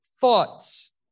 thoughts